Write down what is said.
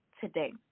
today